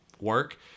work